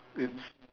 it's